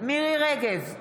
מירי מרים רגב,